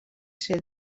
ser